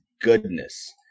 goodness